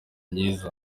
myiza